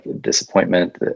disappointment